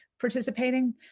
participating